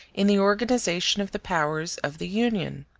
in the organization of the powers of the union.